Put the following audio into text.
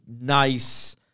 nice